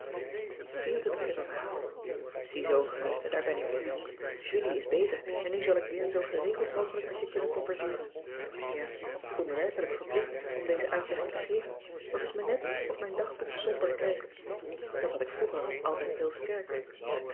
februari ziezoo geliefde daar ben ik weer julie is beter en nu zal ik weer zoo geregeld mogelijk met je kunnen converseeren ja ik voel me werkelijk verplicht om deze uitlegging te geven want t is me net of mijn dagboek somber kijkt dat had ik vroeger altijd heel sterk